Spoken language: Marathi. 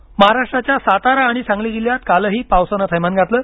पाऊस महाराष्ट्राच्या सातारा आणि सांगली जिल्ह्यात कालही पावसानं थैमान घातलं